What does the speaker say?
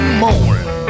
morning